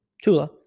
Tula